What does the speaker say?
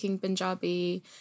Punjabi